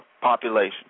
population